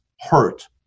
hurt